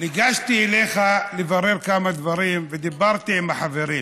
ניגשתי אליך לברר כמה דברים ודיברתי עם החברים.